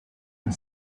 and